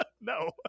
No